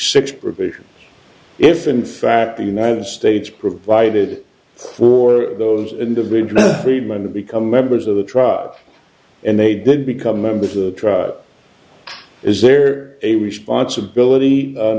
six if in fact the united states provided for those individual freedom and to become members of the tribe and they did become members of the tribe is there a responsibility